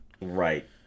Right